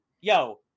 Yo